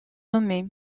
nommé